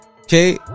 Okay